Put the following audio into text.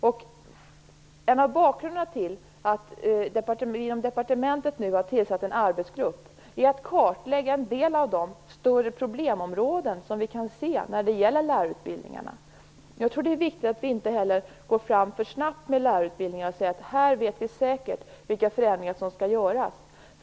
En del av bakgrunden till att vi inom departementet nu har tillsatt en arbetsgrupp är att vi vill kartlägga några av de större problemområden som vi kan se i fråga om lärarutbildningarna. Jag tror också att det är viktigt att vi inte går fram för snabbt med lärarutbildningarna och säger att vi säkert vet vilka förändringar som skall göras.